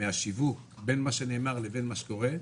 מהשיווק בין מה שנאמר לבין מה שקורה,